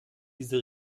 diese